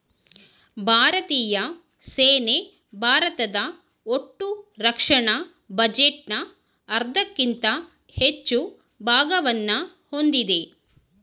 ಭಾರತೀಯ ಸೇನೆ ಭಾರತದ ಒಟ್ಟುರಕ್ಷಣಾ ಬಜೆಟ್ನ ಅರ್ಧಕ್ಕಿಂತ ಹೆಚ್ಚು ಭಾಗವನ್ನ ಹೊಂದಿದೆ